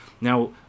Now